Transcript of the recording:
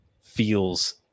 feels